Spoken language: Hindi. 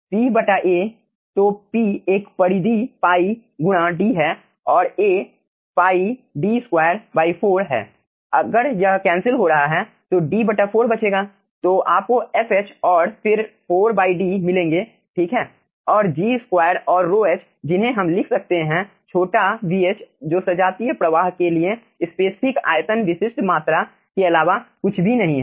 अब pA तो p एक परिधि pi गुणा D है और A pi D24 है अगर यह कैंसिल हो रहा है तो D4 बचेगा तो आपको fh और फिर 4D मिलेंगे ठीक है और G2 और ρh जिन्हें हम लिख सकते हैं छोटा vh जो सजातीय प्रवाह के लिए स्पेसिफिक आयतन विशिष्ट मात्रा के अलावा कुछ भी नहीं है